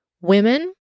Women